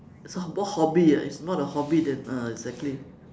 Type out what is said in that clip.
some more hobby ah it's more of a hobby than uh exactly